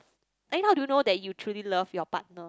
and how do you know that you truly love your partner